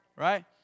Right